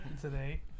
Today